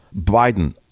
biden